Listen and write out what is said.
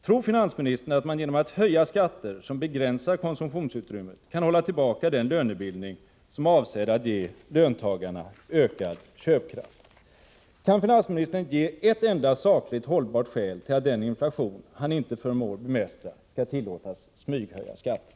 Tror finansministern att man genom att höja skatter som begränsar konsumtionsutrymmet kan hålla tillbaka den lönebildning som är avsedd att ge löntagarna ökad köpkraft? Kan finansministern ge ett enda sakligt hållbart skäl till att den inflation han inte förmår bemästra skall tillåtas smyghöja skatter?